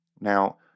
now